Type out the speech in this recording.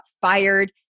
fired